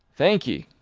thank'ee!